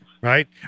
Right